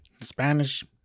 spanish